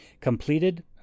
Completed